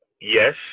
Yes